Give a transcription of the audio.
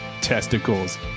testicles